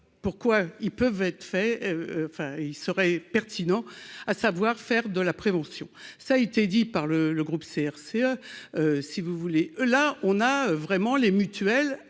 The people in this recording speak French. pourquoi ils peuvent être faits, enfin il serait pertinent, à savoir faire de la prévention, ça a été dit par le le groupe CRCE si vous voulez, là on a vraiment les mutuelles,